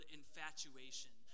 infatuation